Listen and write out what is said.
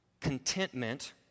contentment